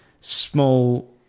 small